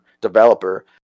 developer